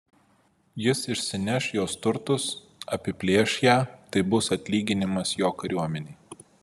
jis išsineš jos turtus apiplėš ją tai bus atlyginimas jo kariuomenei